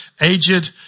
aged